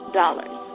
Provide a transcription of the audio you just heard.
dollars